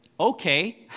Okay